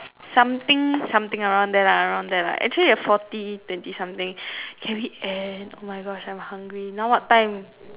something something around there lah around there lah actually uh forty twenty something can we end oh my gosh I am hungry now what time